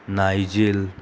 नायजील